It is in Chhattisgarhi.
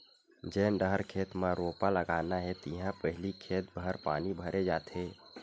जेन डहर खेत म रोपा लगाना हे तिहा पहिली खेत भर पानी भरे जाथे